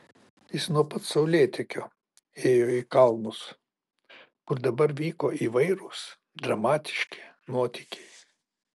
jis nuo pat saulėtekio ėjo į kalnus kur dabar vyko įvairūs dramatiški nuotykiai